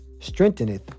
strengtheneth